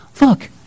Look